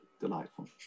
Delightful